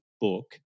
book